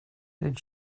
did